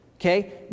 okay